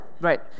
right